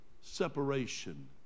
separation